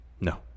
No